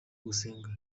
gusenga